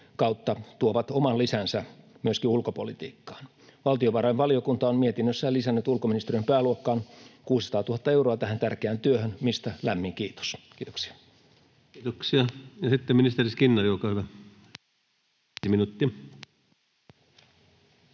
kautta tuovat oman lisänsä myöskin ulkopolitiikkaan. Valtiovarainvaliokunta on mietinnössään lisännyt ulkoministeriön pääluokkaan 600 000 euroa tähän tärkeään työhön, mistä lämmin kiitos. — Kiitoksia. [Speech 272] Speaker: